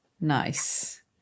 nice